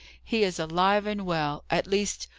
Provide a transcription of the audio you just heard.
he is alive and well. at least,